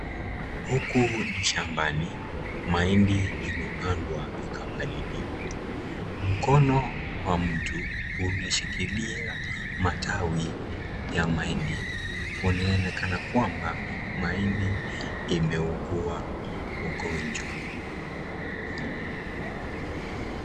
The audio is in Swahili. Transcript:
Huku ni shambani. Mahindi imepandwa ukapaliliwa. Mkono wa mtu umeshikilia matawi ya mahindi, inayoonekana kwamba mahindi imeugua ugonjwa.